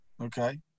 Okay